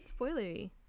spoilery